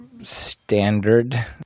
standard